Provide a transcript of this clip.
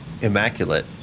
immaculate